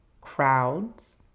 crowds